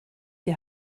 die